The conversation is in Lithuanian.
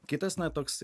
kitas na toks